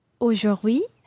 Aujourd'hui